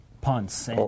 punts